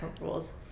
rules